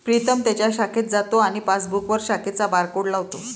प्रीतम त्याच्या शाखेत जातो आणि पासबुकवर शाखेचा बारकोड लावतो